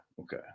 Okay